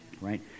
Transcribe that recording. right